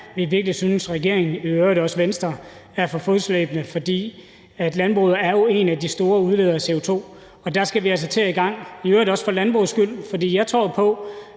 synes regeringen, og i øvrigt også Venstre, er for fodslæbende, for landbruget er jo en af de store udledere af CO2, og der skal vi altså til at komme i gang, i øvrigt også for landbrugets skyld, for jeg tror på,